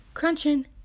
Crunching